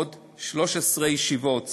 עוד 13 ישיבות,